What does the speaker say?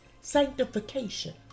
Sanctification